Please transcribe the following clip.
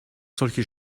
solche